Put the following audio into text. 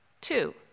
Two